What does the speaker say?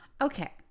Okay